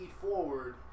forward